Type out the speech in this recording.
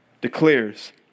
declares